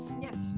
Yes